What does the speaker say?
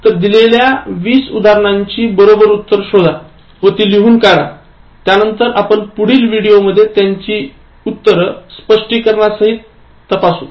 तर दिलेल्या २० उदाहरणांची बरोबर उत्तर शोध व ती लिहून काढा त्यांनतर आपण पुढील विडिओ मधेय त्यांची उत्तर स्पष्टीकरणासहित तपासू